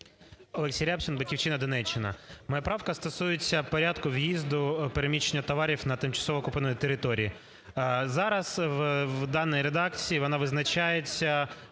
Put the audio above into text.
Олексій Рябчин, "Батьківщина", Донеччина. Моя правка стосується порядку в'їзду переміщення товарів на тимчасово окупованій території. Зараз в даній редакції вона визначається